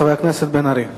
חבר הכנסת בן-ארי.